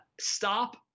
stop